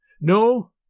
No